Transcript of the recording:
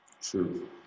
True